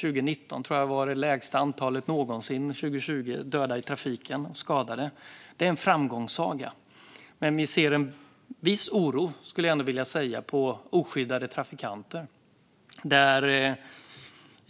2019 eller 2020 hade det minsta antalet döda och skadade i trafiken någonsin. Det är en framgångssaga. Men vi ser med viss oro, skulle jag ändå vilja säga, på oskyddade trafikanter.